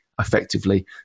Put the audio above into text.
effectively